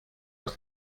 aus